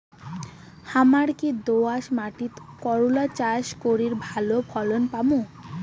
হামরা কি দোয়াস মাতিট করলা চাষ করি ভালো ফলন পামু?